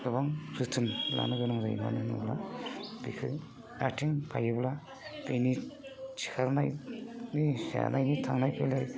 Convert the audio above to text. गोबां जोथोन लानो गोनां जायो मानो होनोब्ला बिखो आथिं बायोब्ला बेनि थिखांनायनि जानायनि थांलाय फैलाय